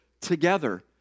together